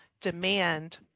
demand